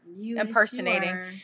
impersonating